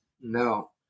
no